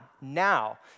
now